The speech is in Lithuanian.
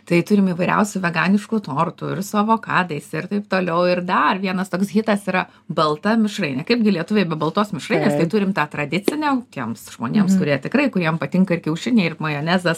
tai turim įvairiausių veganiškų tortų ir su avokadais ir taip toliau ir dar vienas toks hitas yra balta mišrainė kaipgi lietuviai be baltos mišrainės tai turim tą tradicinę kiems žmonėms kurie tikrai kuriem patinka ir kiaušiniai ir majonezas